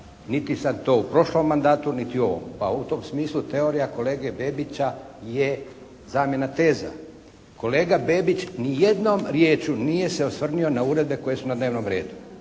Niti sam to u prošlom mandatu niti u ovom. Pa u tom smislu teorija kolege Bebića je zamjena teza. Kolega Bebić nijednom riječju nije se osvrnio na uredbe koje su na dnevnom redu,